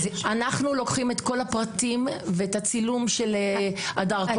אנחנו לוקחים את כל הפרטים ואת צילום הדרכונים.